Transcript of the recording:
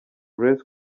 grace